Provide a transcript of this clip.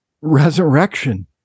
resurrection